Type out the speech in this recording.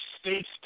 states